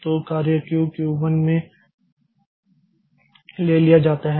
तो कार्य Q Q 1 में ले लिया जाता है